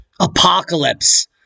apocalypse